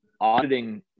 auditing